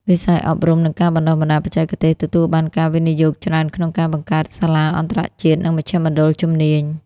វិស័យអប់រំ និងការបណ្ដុះបណ្ដាលបច្ចេកទេស ទទួលបានការវិនិយោគច្រើនក្នុងការបង្កើតសាលាអន្តរជាតិ និងមជ្ឈមណ្ឌលជំនាញ។